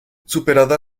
superada